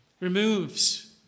removes